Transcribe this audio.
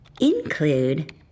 Include